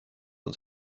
uns